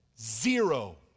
Zero